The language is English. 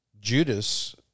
Judas